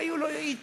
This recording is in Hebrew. היו לו טעויות,